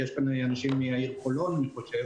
כי יש לנו נשים מחולון אני חושב